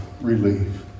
relief